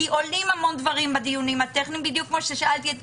כי עולים המון דברים בדיונים הטכניים בדיוק כפי ששאלתי את